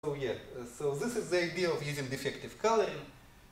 oh yes, so this is the idea of ...